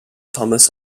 thomas